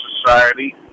society